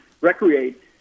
recreate